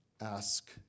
ask